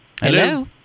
Hello